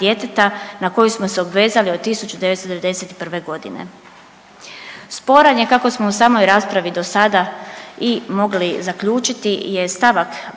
na koju smo se obvezali od 1991.g.. Sporan je kako smo u samoj raspravi do sada i mogli zaključiti je st.